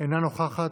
אינה נוכחת.